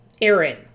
Aaron